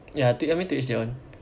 ya to I mean to each their own